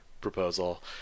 proposal